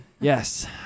Yes